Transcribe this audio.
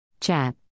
Chat